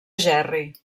gerri